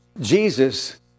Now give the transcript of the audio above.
Jesus